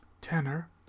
tenor